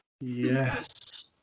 Yes